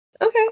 Okay